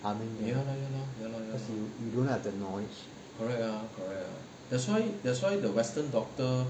harming her because you you don't have the knowledge